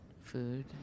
food